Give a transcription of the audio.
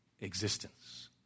existence